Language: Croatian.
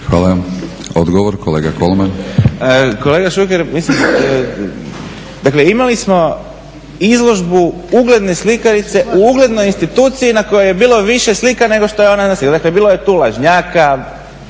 Hvala. Odgovor, kolega Kolman. **Kolman, Igor (HNS)** Kolega Šuker, dakle imali smo izložbu ugledne slikarice u uglednoj instituciji na kojoj je bilo više slika nego što je ona naslikala,